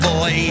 Boy